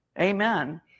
Amen